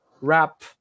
rap